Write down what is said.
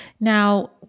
Now